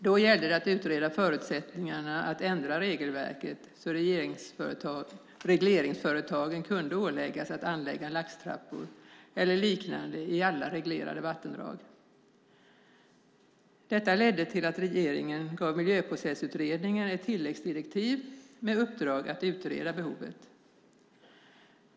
Då gällde det att utreda förutsättningarna för att ändra regelverket så att regleringsföretagen kunde åläggas att anlägga laxtrappor eller liknande i alla reglerade vattendrag. Detta ledde till att regeringen gav Miljöprocessutredningen ett tilläggsdirektiv med uppdrag att utreda behovet.